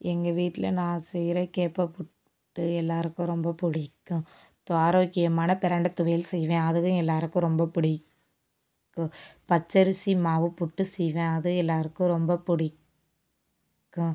எங்கள் வீட்டில் நான் செய்கிற கேப்பை புட்டு எல்லாேருக்கும் ரொம்ப பிடிக்கும் ஆரோக்கியமான பிரண்டை துவையல் செய்வேன் அதுவே எல்லாேருக்கும் ரொம்ப பிடிக்கும் பச்சரிசி மாவு புட்டு செய்வேன் அதுவும் எல்லாேருக்கும் ரொம்ப பிடிக்கும்